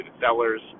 sellers